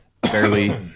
Barely